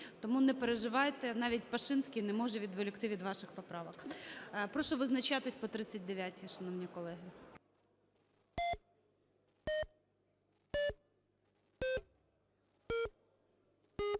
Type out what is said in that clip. Тому не переживайте, навіть Пашинський не може відволікти від ваших поправок. Прошу визначатись по 39-й, шановні колеги.